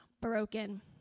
broken